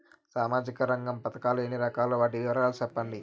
సామాజిక రంగ పథకాలు ఎన్ని రకాలు? వాటి వివరాలు సెప్పండి